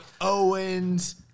Owens